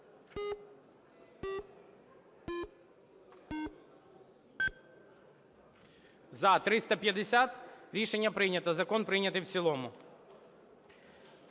За-350 Рішення прийнято. Закон прийнятий в цілому.